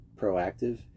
proactive